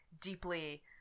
deeply